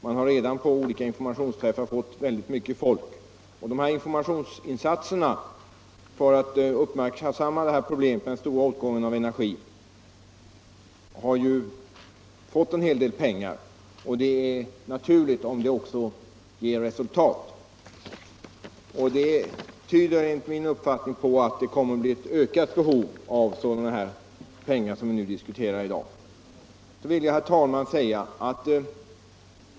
Man har redan fått mycket folk till olika informationsträffar. Det har anslagits en hel del pengar till informationsinsatser för att fästa uppmärksamheten på den stora åtgången av energi. Det är naturligt om det också ger resultat. Intresset tyder enligt min uppfattning på att behovet av sådana anslag som vi nu diskuterar kommer att öka. Herr talman!